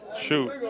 Shoot